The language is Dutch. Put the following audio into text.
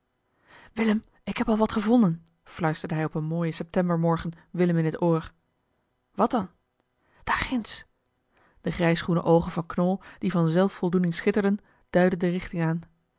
willem ik heb al wat gevonden fluisterde hij op een mooien septembermorgen willem in het oor wat dan daar ginds de grijsgroene oogen van knol die van zelfvoldoening schitterden duidden de richting aan